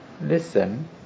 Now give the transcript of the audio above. listen